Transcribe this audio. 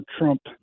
Trump